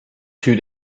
two